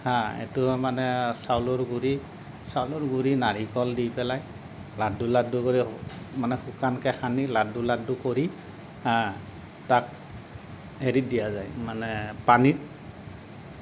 হা এইটো মানে চাউলৰ গুড়ি চাউলৰ গুড়ি নাৰিকল দি পেলাই লাড্ডু লাড্ডু কৰি মানে শুকানকে সানি লাড্ডু লাড্ডু কৰি তাৰ এৰি দিয়া যায় মানে পানীত